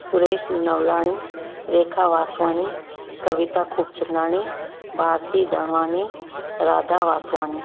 Suresh Navlani Rekha Vaswani Kavita Khubchandani Bharti Darwani Radha Vaswani